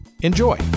Enjoy